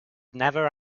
never